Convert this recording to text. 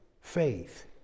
faith